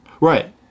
right